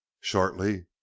shortly